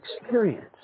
experience